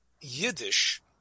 yiddish